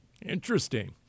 Interesting